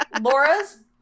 Laura's